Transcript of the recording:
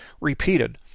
repeated